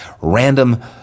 Random